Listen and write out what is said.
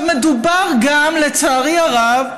מדובר גם, לצערי הרב,